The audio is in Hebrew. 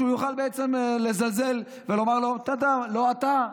ויוכל בעצם לזלזל בו ולומר לו: לא אתה,